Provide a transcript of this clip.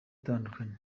itandukanye